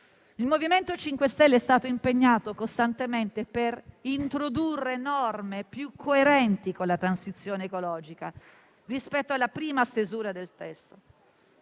Il MoVimento 5 Stelle è stato impegnato costantemente per introdurre norme più coerenti con la transizione ecologica rispetto alla prima stesura del testo